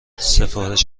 سفارش